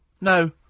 No